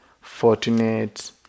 fortunate